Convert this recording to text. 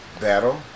battle